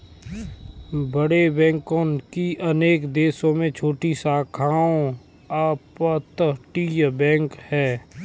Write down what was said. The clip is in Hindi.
बड़े बैंक की अनेक देशों में छोटी शाखाओं अपतटीय बैंक है